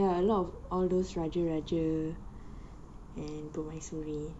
ya a lot of all those raja-raja and permaisuri